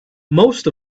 most